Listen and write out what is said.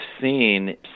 seen